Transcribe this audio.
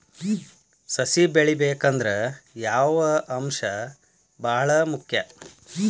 ಸಸಿ ಬೆಳಿಬೇಕಂದ್ರ ಯಾವ ಅಂಶ ಭಾಳ ಮುಖ್ಯ?